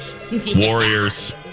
Warriors